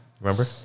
Remember